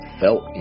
felt